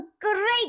great